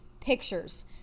pictures